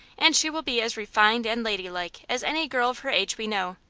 and she will be as refined and ladylike as any girl of her age we know.